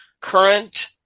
current